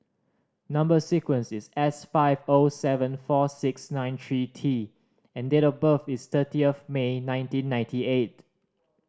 number sequence is S five O seven four six nine three T and date of birth is thirtieth May nineteen ninety eight